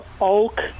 oak